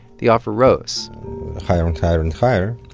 the offer rose higher and higher and higher.